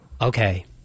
Okay